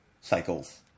cycles